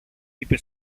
είπε